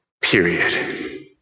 Period